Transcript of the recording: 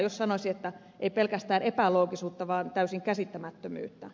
jos sanoisi että ei pelkästään epäloogisuutta vaan täyttä käsittämättömyyttä